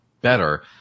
better